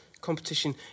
competition